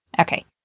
Okay